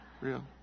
real